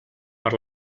per